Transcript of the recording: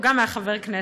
הוא היה גם חבר כנסת,